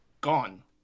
gone